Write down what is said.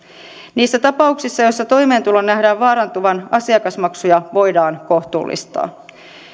niissä tapauksissa joissa toimeentulon nähdään vaarantuvan asiakasmaksuja voidaan kohtuullistaa